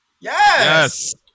Yes